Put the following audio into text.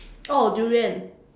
oh durian